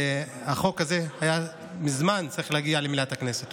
והוא צריך היה להגיע מזמן למליאת הכנסת.